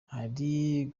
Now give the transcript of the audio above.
hari